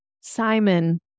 Simon